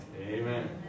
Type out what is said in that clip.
Amen